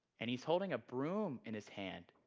and he's holding a broom in his hand,